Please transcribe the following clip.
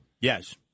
Yes